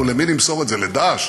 נו, למי נמסור את זה, ל"דאעש"?